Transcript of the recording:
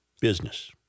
business